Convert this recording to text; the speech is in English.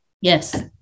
Yes